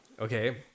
okay